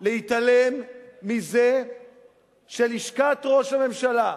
להתעלם מזה שלשכת ראש הממשלה,